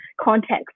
context